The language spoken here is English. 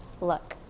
look